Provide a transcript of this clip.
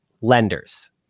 lenders